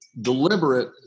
deliberate